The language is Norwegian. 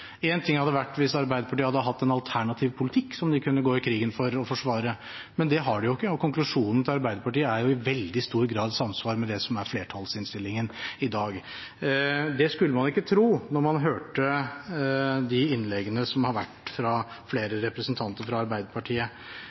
En ting hadde vært hvis Arbeiderpartiet hadde hatt en alternativ politikk som de kunne gå i krigen for å forsvare, men det har de jo ikke, og konklusjonen til Arbeiderpartiet er i veldig stor grad i samsvar med det som er flertallsinnstillingen i dag. Det skulle man ikke tro når man hørte de innleggene som har vært fra flere representanter fra Arbeiderpartiet.